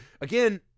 again